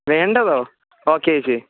വേണ്ടതോ okay ചേച്ചി